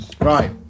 Right